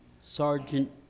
Sergeant